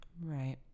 right